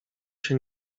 się